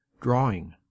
Drawing